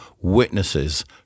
witnesses